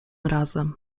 razem